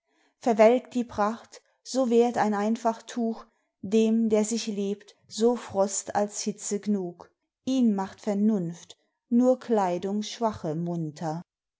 verwelkt die pracht so wehrt ein einfach tuch dem der sich lebt so frost als hitze gnug ihn macht vernunft nur kleidung schwache munter